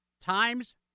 Times